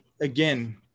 again